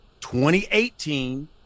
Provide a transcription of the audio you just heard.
2018